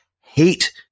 hate